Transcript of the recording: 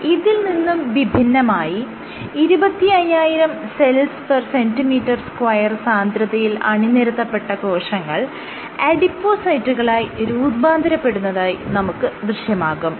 ഇതിൽ നിന്നും വിഭിന്നമായി 25000 സെൽസ്cm2 സാന്ദ്രതയിൽ അണിനിരത്തപ്പെട്ട കോശങ്ങൾ അഡിപോസൈറ്റുകളായി രൂപാന്തരപ്പെടുന്നതായി നമുക്ക് ദൃശ്യമാകും